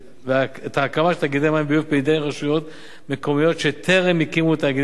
תאגידי מים וביוב בידי רשויות מקומיות שטרם הקימו תאגידים כאמור.